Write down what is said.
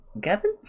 Gavin